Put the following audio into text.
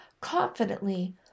confidently